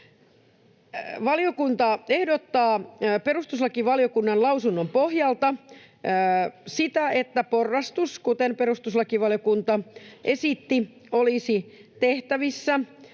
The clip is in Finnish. Valiokunta ehdottaa perustuslakivaliokunnan lausunnon pohjalta, että porrastus, kuten perustuslakivaliokunta esitti, olisi tehtävissä